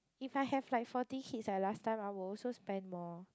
if I have like forty kids like last time I will also spend more